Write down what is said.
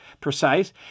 precise